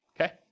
Okay